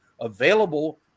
available